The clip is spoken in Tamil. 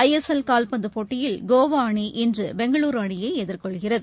ஐஎஸ்எல் கால்பந்துப் போட்டியில் கோவா அணி இன்று பெங்களூரு அணியை எதிர்கொள்கிறது